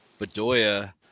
Bedoya